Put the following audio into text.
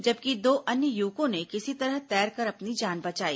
जबकि दो अन्य युवकों ने किसी तरह तैरकर अपनी जान बचाई